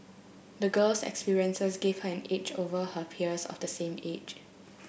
the girl's experiences gave her an edge over her peers of the same age